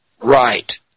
Right